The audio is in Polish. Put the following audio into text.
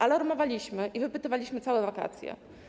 Alarmowaliśmy i wypytywaliśmy o to całe wakacje.